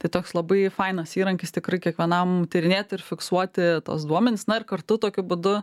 tai toks labai fainas įrankis tikrai kiekvienam tyrinėti ir fiksuoti tuos duomenis na ir kartu tokiu būdu